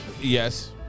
Yes